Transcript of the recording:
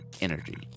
energy